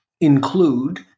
include